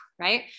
right